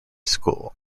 school